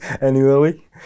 annually